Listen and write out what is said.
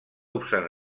obstant